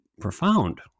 profound